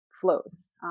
flows